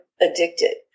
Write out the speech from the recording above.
addicted